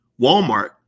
Walmart